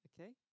Okay